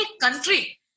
country